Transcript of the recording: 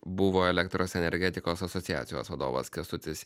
buvo elektros energetikos asociacijos vadovas kęstutis